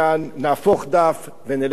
נהפוך דף ונלך קדימה.